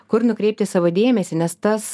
kur nukreipti savo dėmesį nes tas